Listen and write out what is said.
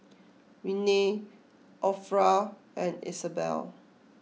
Rennie Orpha and Isabelle